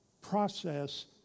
process